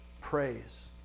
praise